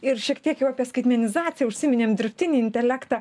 ir šiek tiek jau apie skaitmenizaciją užsiminėm dirbtinį intelektą